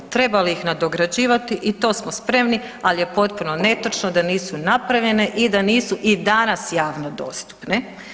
Treba li ih nadograđivati i to smo spremni, ali je potpuno netočno da nisu napravljene i da nisu i danas javno dostupne.